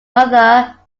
mother